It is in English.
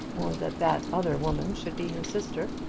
or that that other woman should be her sister.